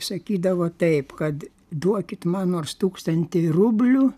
sakydavo taip kad duokit man nors tūkstantį rublių